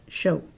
show